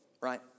right